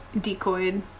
decoyed